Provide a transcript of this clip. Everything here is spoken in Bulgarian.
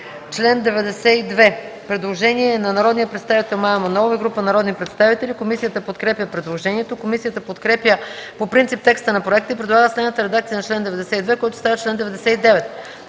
Член 92 – предложение на народния представител Мая Манолова и група народни представители. Комисията подкрепя предложението. Комисията подкрепя по принцип текста на проекта и предлага следната редакция на чл. 92, който става чл. 99: